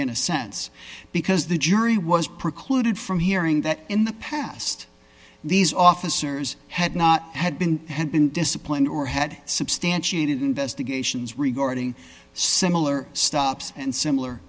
in a sense because the jury was precluded from hearing that in the past these officers had not had been had been disciplined or had substantiated investigations regarding similar stops and similar